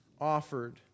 offered